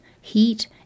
heat